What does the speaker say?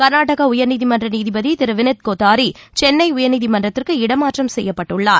கர்நாடக உயர்நீதிமன்ற நீதிபதி திரு வினித் கோத்தாரி சென்னை உயர்நீதிமன்றத்திற்கு இடமாற்றம் செய்யப்பட்டுள்ளார்